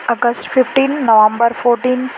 August fifteen November fourteen